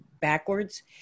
backwards